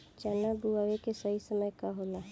चना बुआई के सही समय का होला?